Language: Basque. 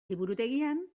liburutegian